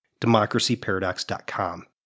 democracyparadox.com